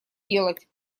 делать